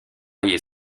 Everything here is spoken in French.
est